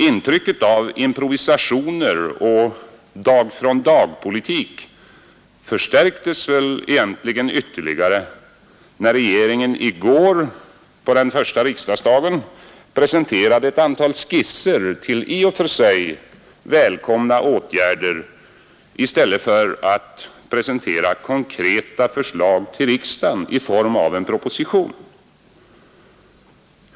Intrycket av improvisationer och dag-från-dag-politik förstärktes ytterligare när regeringen i går på den första riksdagsdagen presenterade ett antal skisser till i och för sig välkomna åtgärder i stället för att presentera konkreta förslag för riksdagen i form av en proposition.